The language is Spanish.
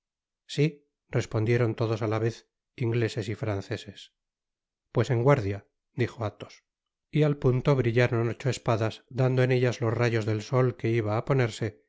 rsi respondieron todos á la vez ingleses y franceses pues en guardia dijo athos y al punto brillaron ocho espadas dando en eltas los rayos del sol que iba á ponerse